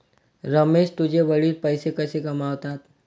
रमेश तुझे वडील पैसे कसे कमावतात?